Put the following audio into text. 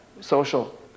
social